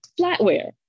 flatware